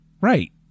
Right